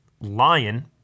Lion